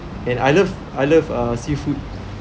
and I love I love uh seafood